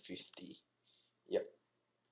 fifty ya